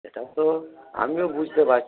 সেটা তো আমিও বুঝতে পাচ্ছি